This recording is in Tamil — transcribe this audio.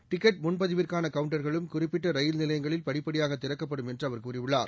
டிக்கெட் முன்பதிவிற்கான கவுண்டர்களும் குறிப்பிட்ட ரயில் நிலையங்களில் படிப்படியாக திறக்கப்படும் என்று அவர் கூறியுள்ளார்